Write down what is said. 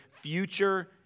future